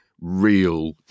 real